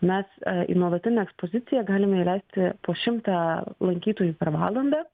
mes į nuolatinę ekspoziciją galime įleisti po šimtą lankytojų per valandą